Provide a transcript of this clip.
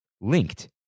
linked